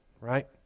right